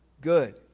good